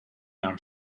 our